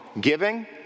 Giving